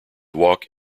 walk